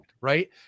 Right